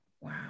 Wow